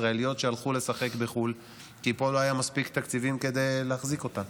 ישראליות שהלכו לשחק בחו"ל כי פה לא היו מספיק תקציבים כדי להחזיק אותן,